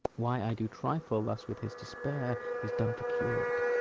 why i do trifle thus with his despair is done to cure it.